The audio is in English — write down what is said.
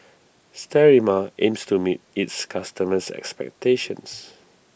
Sterimar aims to meet its customers' expectations